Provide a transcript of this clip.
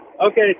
Okay